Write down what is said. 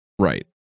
Right